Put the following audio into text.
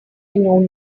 known